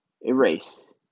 erase